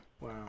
Wow